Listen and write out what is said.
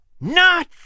Not